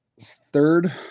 Third